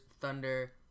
Thunder